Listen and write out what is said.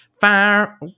Fire